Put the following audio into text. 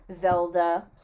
Zelda